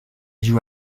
joue